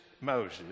Moses